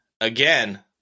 again